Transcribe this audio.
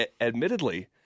admittedly